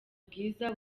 bwiza